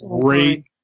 Great